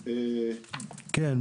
330יג(ב)